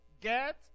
get